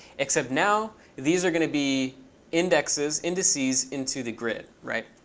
except now these are going to be indices indices into the grid, right?